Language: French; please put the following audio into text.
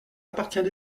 appartient